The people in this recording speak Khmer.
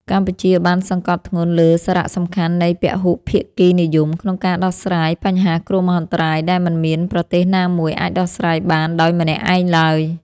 កម្ពុជាបានសង្កត់ធ្ងន់លើសារៈសំខាន់នៃពហុភាគីនិយមក្នុងការដោះស្រាយបញ្ហាគ្រោះមហន្តរាយ ដែលមិនមានប្រទេសណាមួយអាចដោះស្រាយបានដោយម្នាក់ឯងឡើយ។